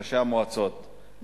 ראשי המועצות,